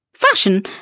Fashion